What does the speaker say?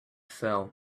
fell